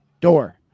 door